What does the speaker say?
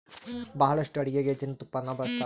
ಬಹಳಷ್ಟು ಅಡಿಗೆಗ ಜೇನುತುಪ್ಪನ್ನ ಬಳಸ್ತಾರ